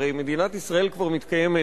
הרי מדינת ישראל כבר מתקיימת